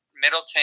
Middleton